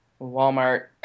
Walmart